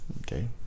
Okay